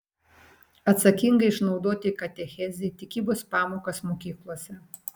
atsakingai išnaudoti katechezei tikybos pamokas mokyklose